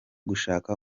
gushaka